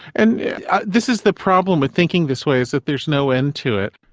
and this is the problem with thinking this way, is that there's no end to it.